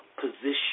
position